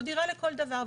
זו דירה לכל דבר.